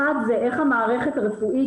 אחת זה איך המערכת הרפואית,